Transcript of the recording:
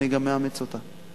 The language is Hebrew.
אני גם אאמץ אותה.